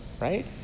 right